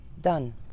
done